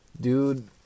dude